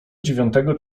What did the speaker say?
dziewiątego